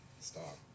Stop